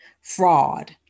fraud